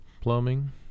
plumbing